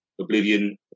oblivion